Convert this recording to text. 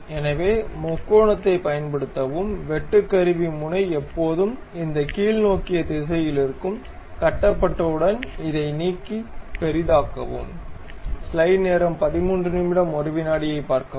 எனவே முக்கோணத்தைப் பயன்படுத்தவும் வெட்டுக்கருவி முனை எப்போதும் இந்த கீழ்நோக்கிய திசையில் இருக்கும் கட்டப்பட்டவுடன் இதை நீக்கி பெரிதாக்கவும்